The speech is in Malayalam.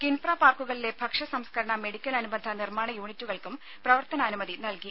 കിൻഫ്ര പാർക്കുകളിലെ ഭക്ഷ്യ സംസ്കരണ മെഡിക്കൽ അനുബന്ധ നിർമ്മാണ യൂണിറ്റുകൾക്കും പ്രവർത്തനാനുമതി നൽകി